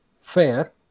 fair